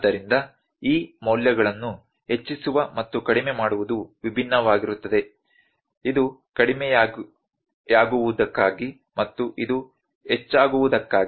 ಆದ್ದರಿಂದ ಈ ಮೌಲ್ಯಗಳನ್ನು ಹೆಚ್ಚಿಸುವ ಮತ್ತು ಕಡಿಮೆ ಮಾಡುವುದು ವಿಭಿನ್ನವಾಗಿರುತ್ತದೆ ಇದು ಕಡಿಮೆಯಾಗುವುದಕ್ಕಾಗಿ ಮತ್ತು ಇದು ಹೆಚ್ಚಾಗುವುದಕ್ಕಾಗಿ